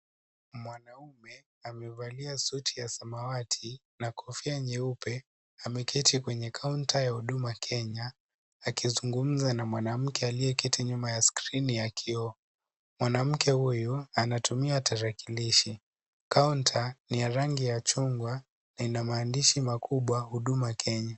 Mwanaume amevalia suti ya samawati na kofia nyeupe ameketi kwenye kaunta ya huduma Kenya; akizungumza na mwanamke aliyeketi nyuma ya skrini ya kioo. Mwanamke huyu anatumia tarakilishi. Kaunta ni ya rangi ya chungwa na ina maandishi makubwa 'huduma Kenya'.